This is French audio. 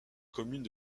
commune